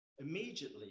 Immediately